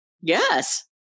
Yes